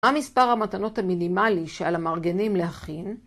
מה מספר המתנות המינימלי שעל המארגנים להכין?